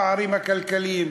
הפערים הכלכליים,